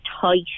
tight